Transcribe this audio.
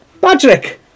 Patrick